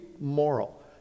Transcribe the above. moral